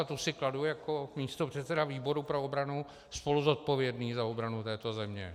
Tu si kladu jako místopředseda výboru pro obranu spoluzodpovědný za obranu této země.